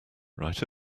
write